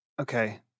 Okay